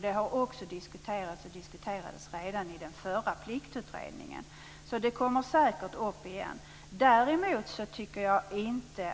Denna fråga diskuterades redan i den förra pliktutredningen, och den kommer säkert upp igen. Jag tycker däremot inte